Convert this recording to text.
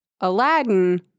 Aladdin